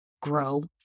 grow